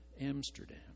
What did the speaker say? Amsterdam